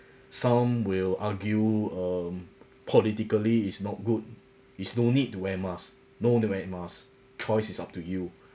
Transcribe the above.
some will argue um politically is not good is no need to wear mask no to wear mask choice is up to you